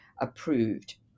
approved